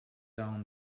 down